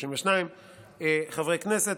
32 חברי כנסת,